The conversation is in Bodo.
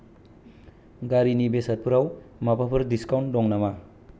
गारिनि बेसादफोराव माबाफोर डिसकाउन्ट दं नामा